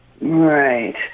Right